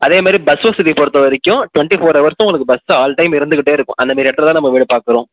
அதேமாதிரி பஸ் வசதியை பொறுத்தவரைக்கும் ட்வெண்ட்டி ஃபோர் ஹவர்ஸும் உங்களுக்கு பஸ் ஆல் டைம் இருந்துக்கிட்டே இருக்கும் அந்தமாதிரி இடத்துலதான் நம்ம வீடு பார்க்குறோம்